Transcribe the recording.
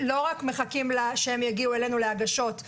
לא רק מחכים שהם יגיעו אלינו להגשות,